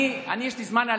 אני יש לי זמן.